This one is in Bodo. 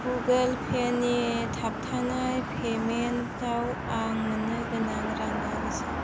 गुगोल पे नि थाबथानाय पेमेन्टाव आं मोन्नो गोनां राङा बेसे